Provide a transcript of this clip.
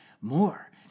more